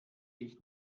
ich